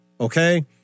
okay